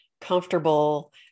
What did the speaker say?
comfortable